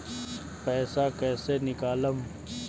पैसा कैसे निकालम?